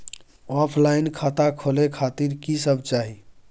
Offline खाता खोले खातिर की सब चाही?